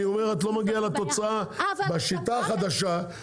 אני אומר שאת לא מגיעה לתוצאה בשיטה החדשה,